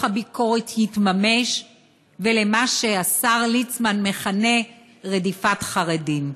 הביקורת יתממש ולמה שהשר ליצמן מכנה "רדיפת חרדים".